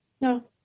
No